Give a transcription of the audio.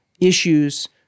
issues